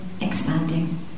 expanding